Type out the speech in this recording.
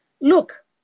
look